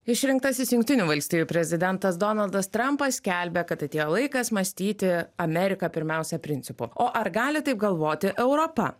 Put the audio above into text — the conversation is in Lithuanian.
išrinktasis jungtinių valstijų prezidentas donaldas trampas skelbia kad atėjo laikas mąstyti amerika pirmiausia principu o ar gali taip galvoti europa